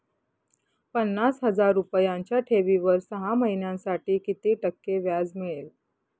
पन्नास हजार रुपयांच्या ठेवीवर सहा महिन्यांसाठी किती टक्के व्याज मिळेल?